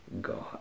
God